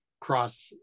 cross